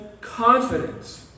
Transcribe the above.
confidence